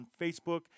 Facebook